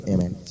Amen